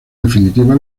definitiva